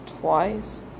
twice